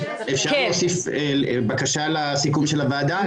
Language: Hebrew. אפשר להוציא בקשה לסיכום של הוועדה,